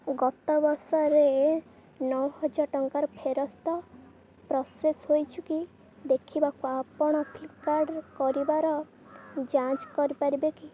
ଗତ ବର୍ଷରେ ନଅହଜାର ଟଙ୍କାର ଫେରସ୍ତ ପ୍ରୋସେସ୍ ହେଇଛି କି ଦେଖିବାକୁ ଆପଣ ଫ୍ଲିପ୍କାର୍ଡ଼୍ କରବାର ଯାଞ୍ଚ କରିପାରିବେ କି